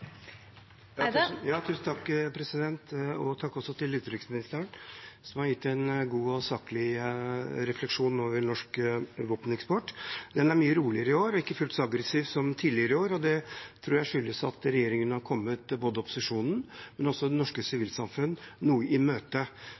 Takk til utenriksministeren, som har gitt en god og saklig refleksjon over norsk våpeneksport. Den er mye roligere i år og ikke fullt så aggressiv som tidligere i år. Det tror jeg skyldes at regjeringen har kommet både opposisjonen og det norske sivilsamfunn noe i